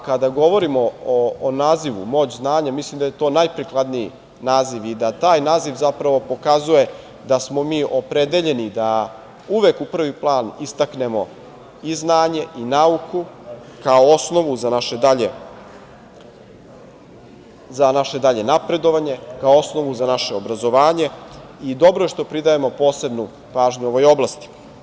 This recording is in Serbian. Kada govorimo o nazivu „Moć znanja“, mislim da je to najprikladniji naziv i da taj naziv zapravo pokazuje da smo mi opredeljeni da uvek u prvi plan istaknemo i znanje i nauku, kao osnovu za naše dalje napredovanje, kao osnovu za naše obrazovanje i dobro je što pridajemo posebnu pažnju ovoj oblasti.